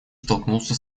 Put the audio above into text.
столкнулся